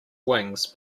wings